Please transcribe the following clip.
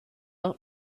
not